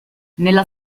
nella